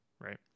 Right